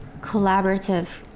collaborative